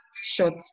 short